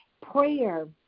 Prayer